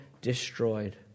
destroyed